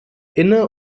inne